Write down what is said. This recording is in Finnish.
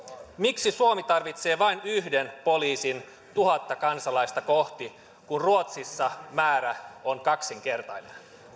miksi suomi tarvitsee vain yhden poliisin tuhatta kansalaista kohti kun ruotsissa määrä on kaksinkertainen